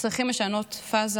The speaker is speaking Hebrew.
צריכים לשנות פאזה